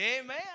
Amen